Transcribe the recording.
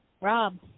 Rob